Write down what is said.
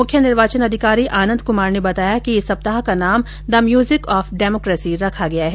मुख्य निर्वाचन अधिकारी आनन्द कुमार ने बताया कि इस सप्ताह का नाम द म्यूजिक ऑफ डेमोकेसी रखा गया है